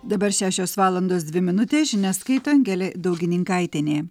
dabar šešios valandos dvi minutės žinias skaito angelė daugininkaitienė